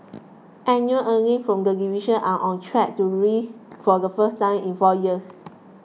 annual earnings from the division are on track to rise for the first time in four years